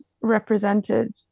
represented